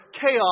chaos